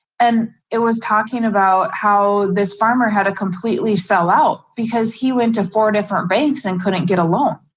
and it was talking about how this farmer had to completely sell out because he went to four different banks and couldn't get a loan.